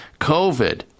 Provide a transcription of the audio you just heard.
COVID